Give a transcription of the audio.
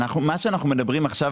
מה שאנחנו מדברים עכשיו,